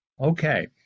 okay